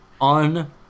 On